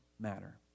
matter